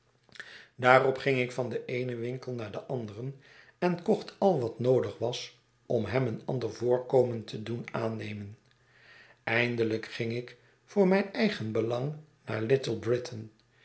daarop ging ik van den eenen winkel naar den anderen en kocht al wat noodig was om hem een ander voorkomen te doen aannemen eindelijk ging ik voor mijn eigen belang naar little britain